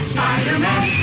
Spider-Man